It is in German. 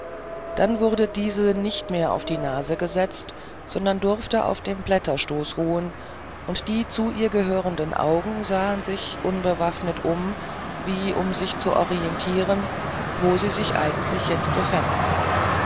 dann wurde diese nicht mehr auf die nase gesetzt sondern durfte auf dem blätterstoß ruhen und die zu ihr gehörenden augen sahen sich unbewaffnet um wie um sich zu orientieren wo sie sich eigentlich jetzt befänden